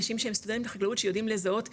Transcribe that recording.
אנשים שהם סטודנטים בחקלאות שיודעים לזהות פטרייה,